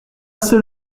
seul